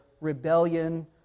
rebellion